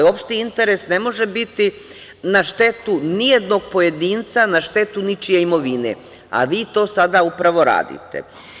Opšti interes ne može biti na štetu ni jednog pojedinca, na štetu ničije imovine, a vi to sada upravo radite.